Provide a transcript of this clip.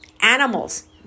Animals